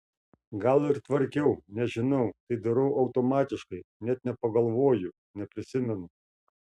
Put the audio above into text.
gal ir tvarkiau nežinau tai darau automatiškai net nepagalvoju neprisimenu